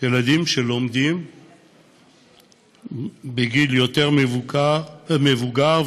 ילדים שלומדים בגיל יותר מבוגר,